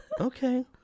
okay